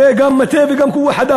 הרי גם מטה וגם כוח-אדם.